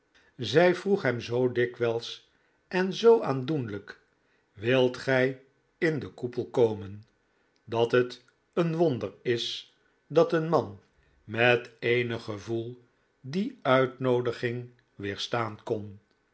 zij vroeg hem zoo dikwijls en zoo aandoenlijk wilt gij in den koepel komen dat het een wonder is dat een man met eenig gevoel die uitnoodiging weerstaan kon